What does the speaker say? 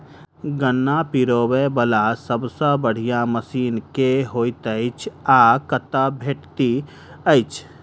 गन्ना पिरोबै वला सबसँ बढ़िया मशीन केँ होइत अछि आ कतह भेटति अछि?